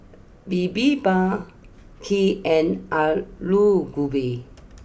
Bibimbap Kheer and Alu Gobi